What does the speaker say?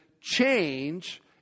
change